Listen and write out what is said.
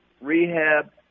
rehab